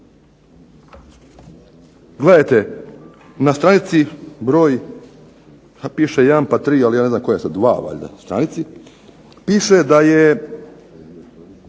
Gledajte, na stranici broj, a piše jedan pa tri ali ja ne znam koja je sad dva valjda stranici piše da je